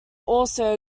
also